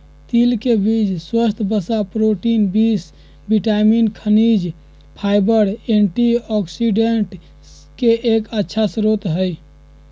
तिल के बीज स्वस्थ वसा, प्रोटीन, बी विटामिन, खनिज, फाइबर, एंटीऑक्सिडेंट के एक अच्छा स्रोत हई